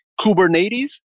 Kubernetes